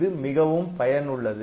இது மிகவும் பயனுள்ளது